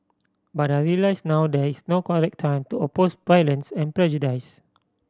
but I realise now that there is no correct time to oppose violence and prejudice